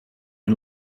and